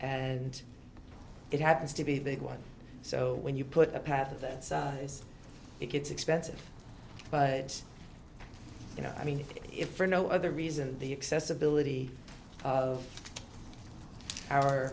and it happens to be the one so when you put a path that is it gets expensive but you know i mean if for no other reason the excess ability of our